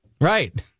Right